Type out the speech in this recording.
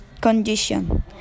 condition